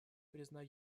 признаем